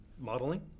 modeling